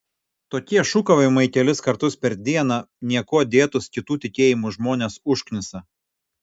tokie šūkavimai kelis kartus per dieną niekuo dėtus kitų tikėjimų žmones užknisa